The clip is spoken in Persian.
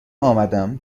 آمدم